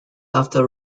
after